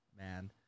man